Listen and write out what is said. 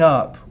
up